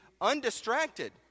undistracted